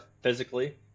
physically